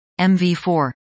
MV4